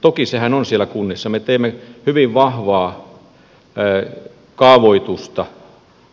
toki sehän on siellä kunnissa me teemme hyvin vahvaa kaavoitusta